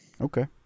Okay